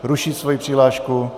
Ruší svoji přihlášku.